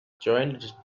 johanna